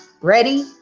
Ready